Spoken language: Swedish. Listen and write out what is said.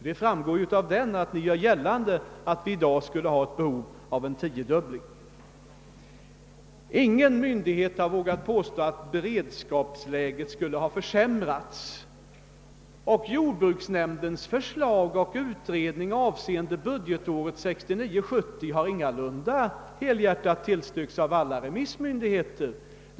I reservationen vill ni göra gällande att vi i dag skulle ha behov av en tiodubbling. Ingen myndighet har vågat påstå att beredskapsläget i fråga om livsmedel skulle ha försämrats. Jordbruksnämndens förslag och utredning angående budgetåret 1969/70 har ingalunda helhjärtat tillstyrkts av alla remissinstanser.